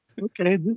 okay